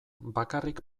bakarrik